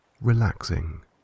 relaxing